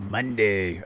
Monday